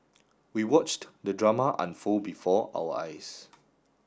we watched the drama unfold before our eyes